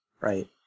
right